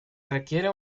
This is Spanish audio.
requiere